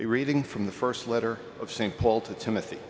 reading from the st letter of st paul to timothy